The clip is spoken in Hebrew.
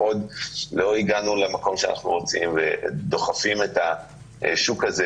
עוד לא הגענו למקום שאנחנו רוצים ודוחפים את השוק הזה,